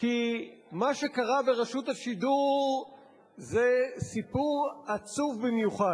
כי מה שקרה ברשות השידור זה סיפור עצוב במיוחד,